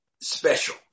special